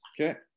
Okay